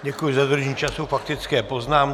Děkuji za dodržení času k faktické poznámce.